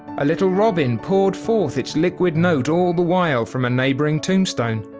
a little robin poured forth its liquid note all the while from a neighbouring tombstone.